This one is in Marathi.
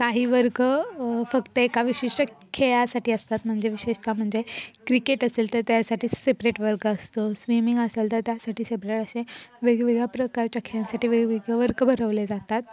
काही वर्ग फक्त एका विशिष्ट खेळासाठी असतात म्हणजे विशेषतः म्हणजे क्रिकेट असेल तर त्यासाठी सेपरेट वर्ग असतो स्विमिंग असेल तर त्यासाठी सेपरेट असे वेगवेगळ्या प्रकारच्या खेळांसाठी वेगवेगळे वर्ग भरवले जातात